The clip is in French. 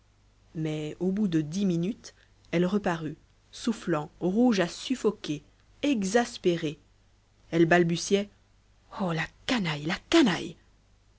mais au bout de dix minutes elle reparut soufflant rouge à suffoquer exaspérée elle balbutiait oh la canaille la canaille